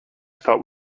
thought